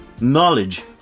knowledge